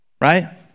Right